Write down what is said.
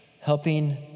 helping